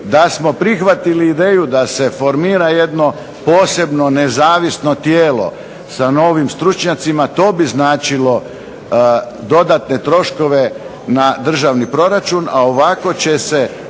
da smo prihvatili ideju da se formira jedno posebno nezavisno tijelo sa novim stručnjacima to bi značilo dodatne troškove na državni proračun, a ovako će se